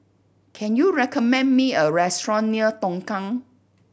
can you recommend me a restaurant near Tongkang